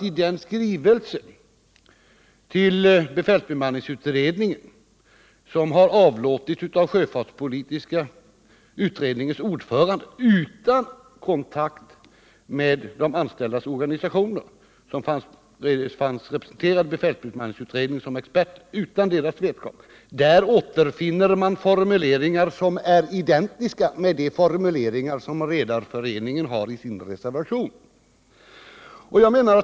I den skrivelse till befälsbemanningsutredningen som har avlåtits av sjöfartspolitiska utredningens ordförande utan kontakt med de anställdas organisationer, vilka var representerade i befälsbemanningsutredningen såsom experter, återfinner man nämligen formuleringar, som är identiska med de formuleringar som Redareföreningen har sin reservation.